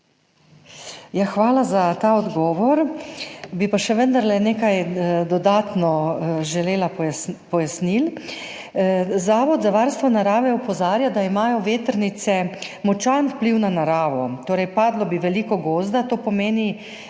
Hvala za ta odgovor, bi pa vendarle želela še nekaj dodatnih pojasnil. Zavod za varstvo narave opozarja, da imajo vetrnice močan vpliv na naravo, torej padlo bi veliko gozda, to pomeni